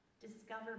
Discover